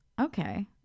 okay